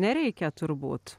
nereikia turbūt